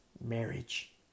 marriage